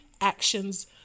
actions